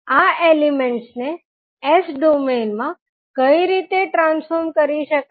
આ એલિમેન્ટસને S domain માં કઈ રીતે ટ્રાન્સફોર્મ કરી શકાય